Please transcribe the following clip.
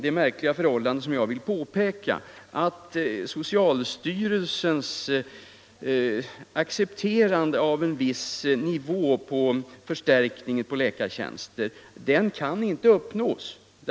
Det märkliga förhållande som jag vill peka på är att den av socialstyrelsen accepterade nivån för förstärkning med läkartjänster inte kan uppnås.